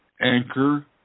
anchor